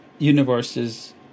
Universes